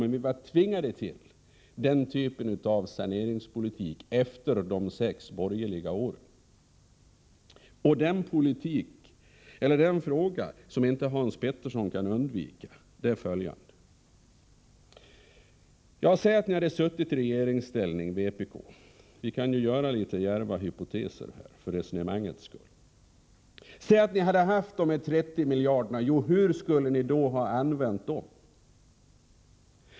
Men vi var tvingade till denna typ av saneringspolitik efter de sex borgerliga åren. Hans Petersson kan inte undvika följande fråga. Låt oss säga att vpk var i regeringsställning — vi kan väl komma med litet djärva hypoteser för resonemangets skull — och ni hade de 30 miljarder kronor som jag tidigare talat om. Hur skulle ni då ha använt dem?